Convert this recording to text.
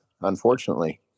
unfortunately